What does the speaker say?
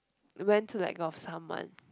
when to let go of someone